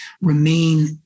remain